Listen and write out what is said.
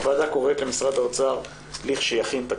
הוועדה קוראת למשרד האוצר לכשיכין תוכנית